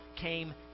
came